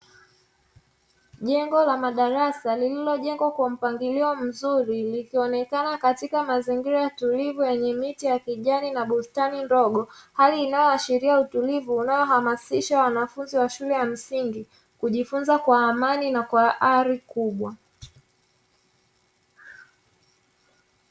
Jengo Madarasa lililojengwa kwa mpangilio mzuri likionekana katika mazingira tulivu yenye miti ya kijani na bustani ndogo, hali inayoashiria utulivu na hamasisha wanafunzi wa shule ya msingi kujifunza kwa amani na kwa ari kubwa.